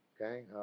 okay